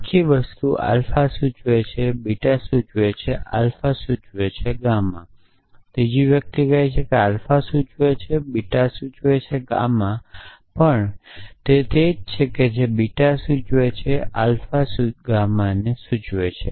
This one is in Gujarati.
આખી વસ્તુ આલ્ફા સૂચવે છે બીટા સૂચવે છે આલ્ફા સૂચવે છે ગામા ત્રીજી વ્યક્તિ કહે છે કે આલ્ફા સૂચવે છે બીટા સૂચવે છે ગામા પણ તે જ છે જે બીટા સૂચવ છે આલ્ફા ગામાને સૂચવે છે